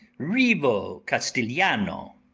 rivo castiliano!